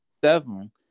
seven